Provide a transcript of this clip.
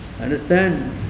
Understand